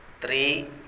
Three